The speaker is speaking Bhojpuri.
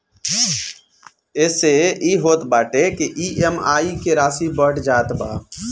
एसे इ होत बाटे की इ.एम.आई के राशी बढ़ जात बा